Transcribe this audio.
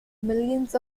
millions